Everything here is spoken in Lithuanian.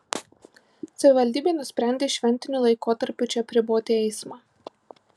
savivaldybė nusprendė šventiniu laikotarpiu čia apriboti eismą